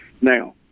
now